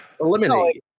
eliminate